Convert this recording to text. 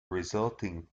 resulting